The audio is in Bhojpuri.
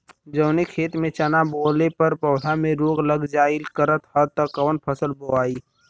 जवने खेत में चना बोअले पर पौधा में रोग लग जाईल करत ह त कवन फसल बोआई?